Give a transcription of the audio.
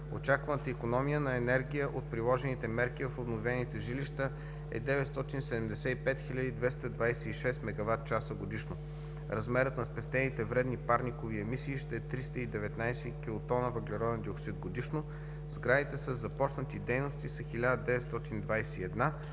очакваната икономия на енергия от приложените мерки в обновените жилища ще е 975 226 Mwh годишно; размерът на спестените вредни парникови емисии ще е 319 ktCO2 годишно; сградите със започнати дейности са 1921, като